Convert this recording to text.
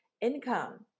income